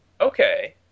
Okay